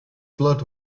blood